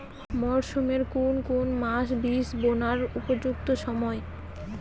মরসুমের কোন কোন মাস বীজ বোনার উপযুক্ত সময়?